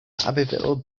abbeville